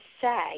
say